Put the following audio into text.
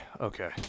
Okay